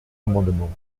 amendements